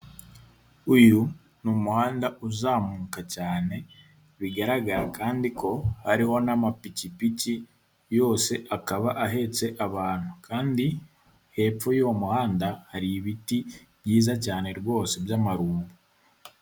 Uyu numuhanda uzamuka cyane bigaragara kandi ko hariho n'amapikipiki yose akaba ahetse abantu kandi hepfo y'uwo muhanda hari ibiti byiza cyane rwose by'amarumbo.